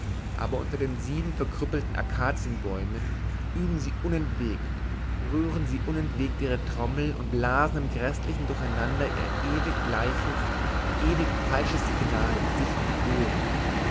aber unter den sieben verkrüppelten akazienbäumen üben sie unentwegt rühren sie unentwegt ihre trommel und blasen im gräßlichen durcheinander ihr ewig gleiches ewig falsches signal sich in die ohren